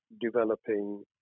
developing